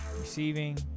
receiving